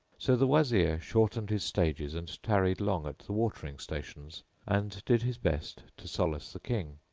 so the wazir shortened his stages and tarried long at the watering stations and did his best to solace the king.